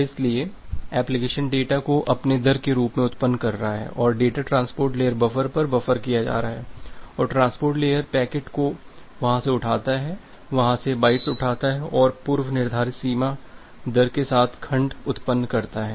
इसीलिए application data को अपनी दर के रूप में उत्पन्न कर रहा है और डेटा ट्रांसपोर्ट लेयर बफर पर बफर किया जा रहा है और ट्रांसपोर्ट लेयर पैकेट को वहां से उठाता है वहाँ से बाइट्स उठाता है और पूर्वनिर्धारित सीमा दर के साथ खंड उत्पन्न करता है